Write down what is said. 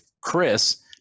Chris